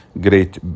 great